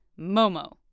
Momo